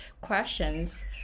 questions